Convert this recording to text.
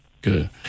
Good